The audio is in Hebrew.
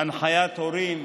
הנחיית הורים,